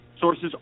Sources